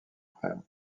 frère